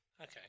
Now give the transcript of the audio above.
okay